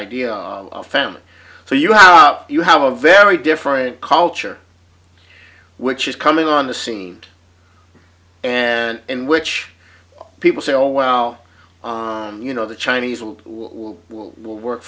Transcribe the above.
idea of famine so you have you have a very different culture which is coming on the scene and in which people say oh well you know the chinese will work